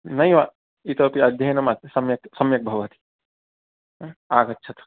नैव इतोपि अध्ययनम् सम्यक् सम्यक् भवति आगच्छतु